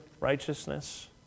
righteousness